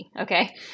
Okay